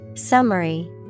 Summary